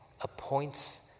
appoints